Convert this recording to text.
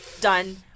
done